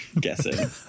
guessing